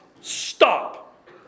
Stop